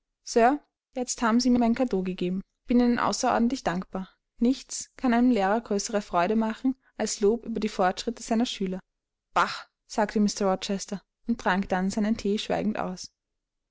jetzt haben sie mir mein cadeau gegeben ich bin ihnen außerordentlich dankbar nichts kann einem lehrer größere freude machen als lob über die fortschritte seiner schüler bah sagte mr rochester und trank dann seinen thee schweigend aus